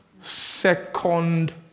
second